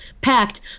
packed